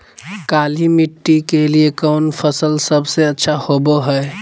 काली मिट्टी के लिए कौन फसल सब से अच्छा होबो हाय?